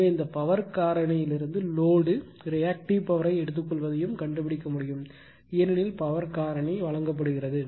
எனவே இந்த பவர் காரணியிலிருந்து லோடு ரியாக்ட்டிவ் பவர்யை எடுத்துக்கொள்வதையும் கண்டுபிடிக்க முடியும் ஏனெனில் பவர் காரணி வழங்கப்படுகிறது